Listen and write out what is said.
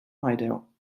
hideout